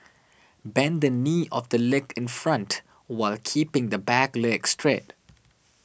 bend the knee of the leg in front while keeping the back leg straight